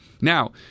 Now